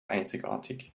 einzigartig